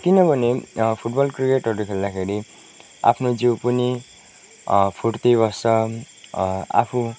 किनभने फुटबल क्रिकेटहरू खेल्दाखेरि आफ्नो जिउ पनि फुर्ति बस्छ आफु